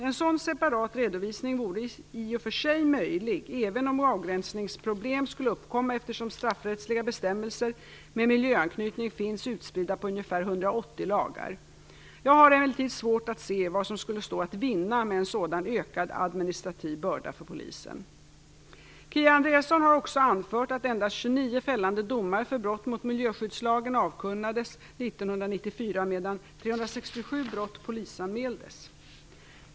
En sådan separat redovisning vore i och för sig möjlig, även om avgränsningsproblem skulle uppkomma eftersom straffrättsliga bestämmelser med miljöanknytning finns utspridda på ungefär 180 lagar. Jag har emellertid svårt att se vad som skulle stå att vinna med en sådan ökad administrativ börda för polisen. Kia Andreasson har också anfört att endast 29 fällande domar för brott mot miljöskyddslagen avkunnades 1994 medan 367 brott polisanmäldes.